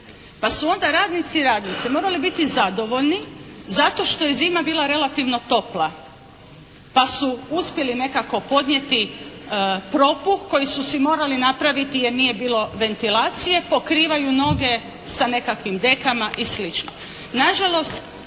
pa su onda radnici i radnice morali biti zadovoljni zato što je zima bila relativno topla, pa su uspjeli nekako podnijeti propuh koji su si morali napraviti jer nije bilo ventilacije, pokrivaju noge sa nekakvim dekama i slično. Nažalost,